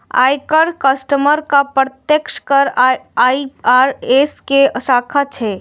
आयकर, कस्टम आ अप्रत्यक्ष कर आई.आर.एस के शाखा छियै